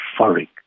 euphoric